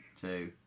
two